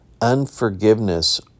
unforgiveness